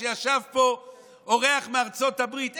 כשישב פה אורח מארצות הברית,